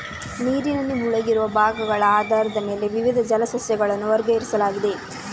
ನೀರಿನಲ್ಲಿ ಮುಳುಗಿರುವ ಭಾಗಗಳ ಆಧಾರದ ಮೇಲೆ ವಿವಿಧ ಜಲ ಸಸ್ಯಗಳನ್ನು ವರ್ಗೀಕರಿಸಲಾಗಿದೆ